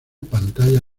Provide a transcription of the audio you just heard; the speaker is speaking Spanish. pantalla